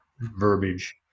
verbiage